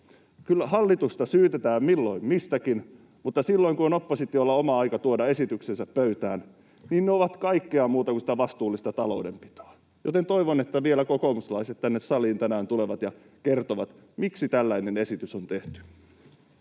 Kyllä hallitusta syytetään milloin mistäkin, mutta silloin kun on oppositiolla aika tuoda oma esityksensä pöytään, niin ne ovat kaikkea muuta kuin sitä vastuullista taloudenpitoa, joten toivon, että kokoomuslaiset vielä tänne saliin tänään tulevat ja kertovat, miksi tällainen esitys on tehty.